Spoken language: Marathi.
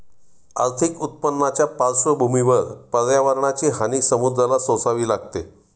आर्थिक उत्पन्नाच्या पार्श्वभूमीवर पर्यावरणाची हानी समुद्राला सोसावी लागते